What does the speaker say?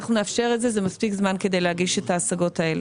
זה מספיק זמן כדי להגיש את ההשגות האלה.